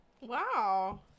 Wow